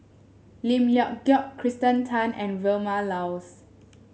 Lim Leong Geok Kirsten Tan and Vilma Laus